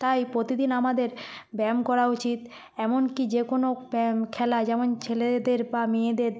তাই প্রতিদিন আমাদের ব্যায়াম করা উচিত এমনকি যে কোনও ব্যায়াম খেলা যেমন ছেলেদের বা মেয়েদের